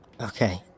Okay